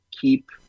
keep